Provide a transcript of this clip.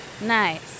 Nice